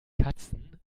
katzen